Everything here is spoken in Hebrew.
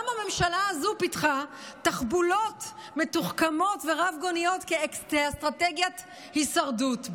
גם הממשלה הזו פיתחה תחבולות מתוחכמות ורב-גוניות כאסטרטגיית הישרדות,